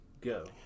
Go